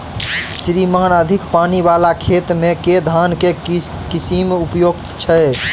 श्रीमान अधिक पानि वला खेत मे केँ धान केँ किसिम उपयुक्त छैय?